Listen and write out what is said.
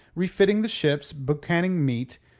refitting the ships, boucanning meat,